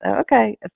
okay